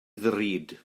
ddrud